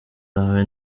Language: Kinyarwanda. wawe